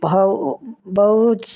Bharuch